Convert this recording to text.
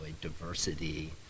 diversity